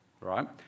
right